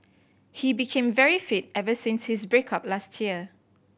he became very fit ever since his break up last year